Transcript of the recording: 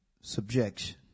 subjection